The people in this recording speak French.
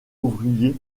ouvriers